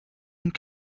und